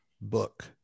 book